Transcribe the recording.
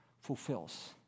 fulfills